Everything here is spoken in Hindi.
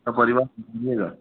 सपरिवार दीजिएगा